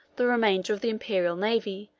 the remainder of the imperial navy,